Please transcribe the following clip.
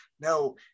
No